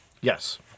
Yes